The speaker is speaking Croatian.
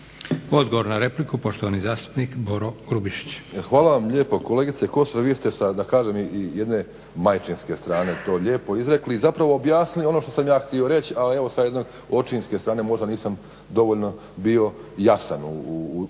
Odgovor na repliku poštovani zastupnik Boro Grubišić. **Grubišić, Boro (HDSSB)** Hvala vam lijepo. Kolegice Kosor vi ste sa jedne majčinske strane to lijepo izrekli, zapravo objasnili ono što sam ja htio reći ali evo sa očinske strane možda nisam dovoljno bio jasan